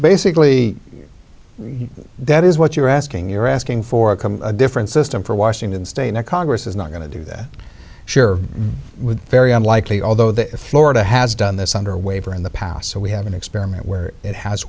basically that is what you're asking you're asking for it come a different system for washington state that congress is not going to do that sure very unlikely although the florida has done this under a waiver in the past so we have an experiment where it has